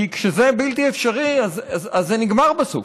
כי כשזה בלתי אפשרי אז זה נגמר בסוף,